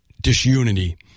disunity